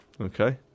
Okay